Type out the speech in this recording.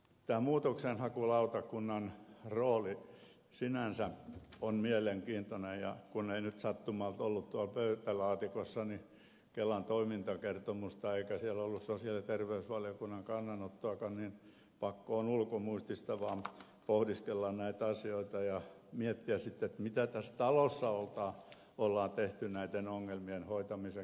tämä muutoksenhakulautakunnan rooli sinänsä on mielenkiintoinen ja kun ei nyt sattumalta ollut tuolla pöytälaatikossa kelan toimintakertomusta eikä siellä ollut sosiaali ja terveysvaliokunnan kannanottoakaan niin pakko on ulkomuistista vaan pohdiskella näitä asioita ja miettiä sitten mitä tässä talossa on tehty näiden ongelmien hoitamiseksi